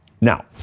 Now